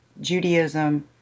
Judaism